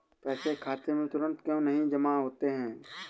पैसे खाते में तुरंत क्यो नहीं जमा होते हैं?